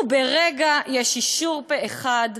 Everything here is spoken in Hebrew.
וברגע יש אישור פה אחד,